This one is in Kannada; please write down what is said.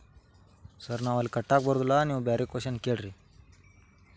ಸರ್ ನಾನು ಸಾಲವನ್ನು ಇಲ್ಲೇ ಬಂದು ಕಟ್ಟಬೇಕೇನ್ರಿ?